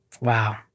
Wow